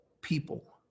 people